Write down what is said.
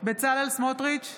בצלאל סמוטריץ'